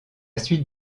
suite